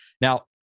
Now